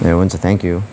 ए हुन्छ थ्याङ्क्यु